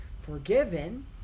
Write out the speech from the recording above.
forgiven